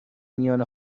میان